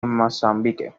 mozambique